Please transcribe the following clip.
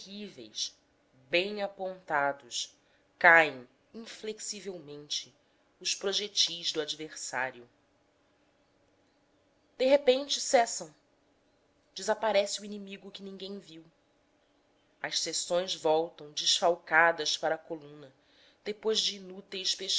terríveis bem apontados caem inflexivelmente os projetis do adversário de repente cessam desaparece o inimigo que ninguém viu as seções voltam desfalcadas para a coluna depois de inúteis